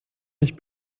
mich